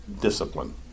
discipline